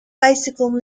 bicycle